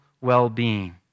well-being